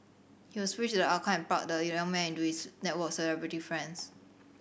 he was pleased with the outcome and plugged the young man into his network of celebrity friends